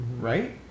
right